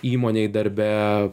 įmonėj darbe